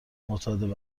معتاد